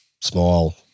smile